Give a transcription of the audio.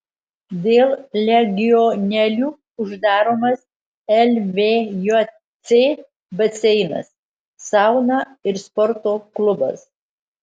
dėl legionelių uždaromas lvjc baseinas sauna ir sporto klubas